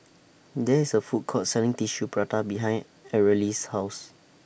There IS A Food Court Selling Tissue Prata behind Areli's House